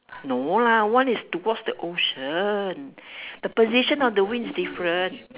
no lah one is towards the ocean the position of the wing is different